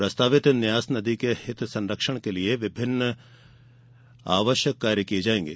प्रस्तावित न्यास इन नदी के हित संरक्षण के लिए विभिन्न आवश्यक कार्य करेंगे